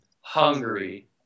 hungary